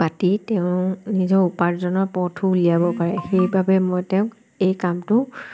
পাতি তেওঁ নিজৰ উপাৰ্জনৰ পথটো উলিয়াব পাৰে সেইবাবে মই তেওঁক এই কামটো